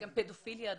גם פדופיליה.